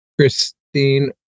Christine